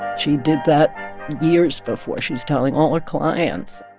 she did that years before. she was telling all her clients.